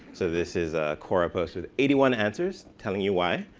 so this is a quorum posted eighty one answers telling you why.